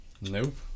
Nope